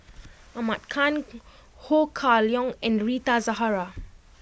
Ahmad Khan Ho Kah Leong and Rita Zahara